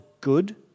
good